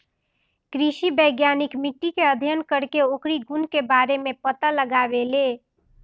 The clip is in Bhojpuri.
कृषि वैज्ञानिक मिट्टी के अध्ययन करके ओकरी गुण के बारे में पता लगावेलें